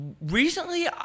recently